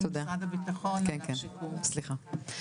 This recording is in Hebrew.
בסדר.